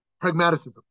pragmatism